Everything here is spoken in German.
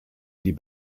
die